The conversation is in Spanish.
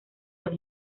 los